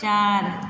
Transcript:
चार